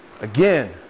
again